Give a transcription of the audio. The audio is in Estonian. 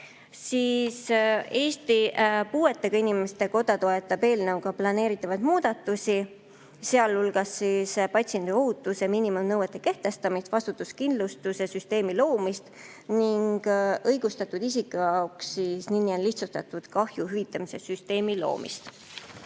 Eesti Puuetega Inimeste Koda toetab eelnõuga planeeritavaid muudatusi, sealhulgas patsiendi ohutuse miinimumnõuete kehtestamist, vastutuskindlustuse süsteemi loomist ning õigustatud isiku jaoks lihtsustatud kahju hüvitamise süsteemi loomist.